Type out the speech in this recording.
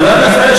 חבר הכנסת פריג',